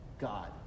God